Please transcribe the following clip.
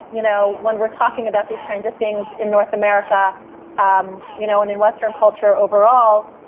you know when we're talking about these kinds of things in north america um you know and in western culture overall,